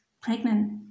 pregnant